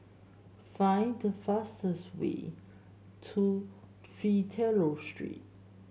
find the fastest way to Fidelio Street